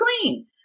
clean